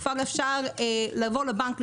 אפשר לבוא לבנק,